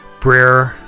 Brer